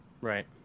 right